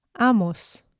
amos